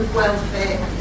welfare